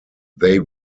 they